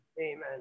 Amen